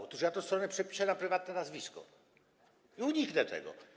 Otóż ja tę stronę przepiszę na prywatne nazwisko i uniknę tego.